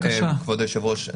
כבוד היושב-ראש,